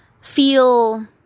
feel